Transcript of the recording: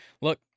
look